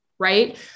right